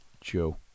Joe